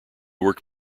worked